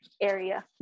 area